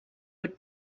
would